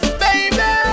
baby